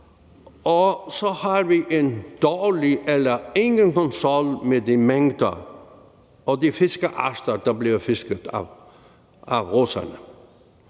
og så har vi en dårlig eller ingen kontrol med de mængder og de fiskearter, der bliver fisket af russerne.